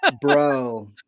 bro